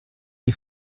die